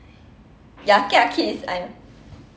ya kia kid is I'm